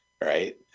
Right